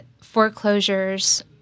foreclosures